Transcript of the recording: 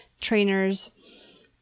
trainers